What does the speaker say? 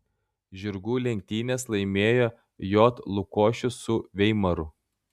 žirgų lenktynes laimėjo j lukošius su veimaru